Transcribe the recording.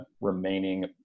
remaining